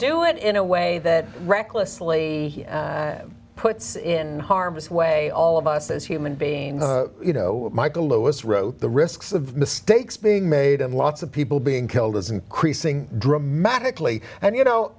do it in a way that recklessly puts in harm's way all of us as human beings you know michael lewis wrote the risks of mistakes being made and lots of people being killed is increasing dramatically and you know